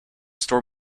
store